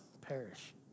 perish